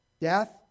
Death